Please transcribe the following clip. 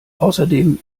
außerdem